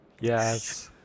Yes